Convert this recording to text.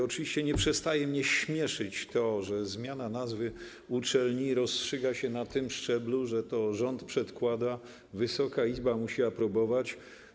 Oczywiście nie przestaje mnie śmieszyć to, że zmiana nazwy uczelni rozstrzyga się na tym szczeblu, że to rząd przedkłada, Wysoka Izba musi aprobować.